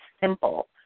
simple